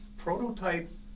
prototype